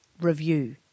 review